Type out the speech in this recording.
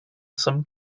some